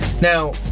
Now